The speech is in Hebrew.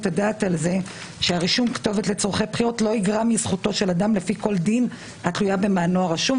כמובן שצריך להידרש לעניין רמת הזיהוי והבטיחות.